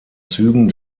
zügen